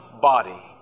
body